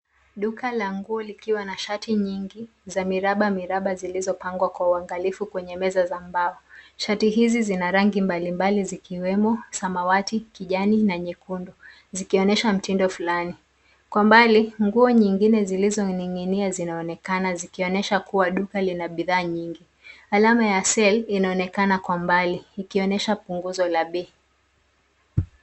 Duka la nguo linaonekana likiwa na mashati mengi ya miraba-miraba yaliyopangwa kwa umakini juu ya meza za mbao. Mashati haya yana rangi mbalimbali kama vile samawati, kijani na nyekundu, zikionyesha mtindo wa kipekee. Kwa mbali, nguo nyingine zikiwa zimepangwa pia zinaashiria kuwa duka hili lina bidhaa nyingi tofauti.